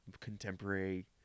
contemporary